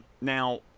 Now